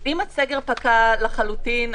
אם הסגר פקע לחלוטין,